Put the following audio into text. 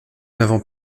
n’avons